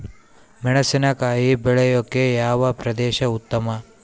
ಮೆಣಸಿನಕಾಯಿ ಬೆಳೆಯೊಕೆ ಯಾವ ಪ್ರದೇಶ ಉತ್ತಮ?